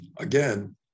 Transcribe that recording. again